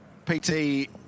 PT